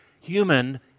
human